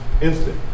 Instant